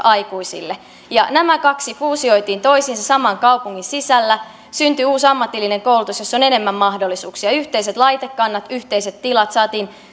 aikuisille ja nämä kaksi fuusioitiin toisiinsa saman kaupungin sisällä syntyi uusi ammatillinen koulutus jossa on enemmän mahdollisuuksia yhteiset laitekannat yhteiset tilat saatiin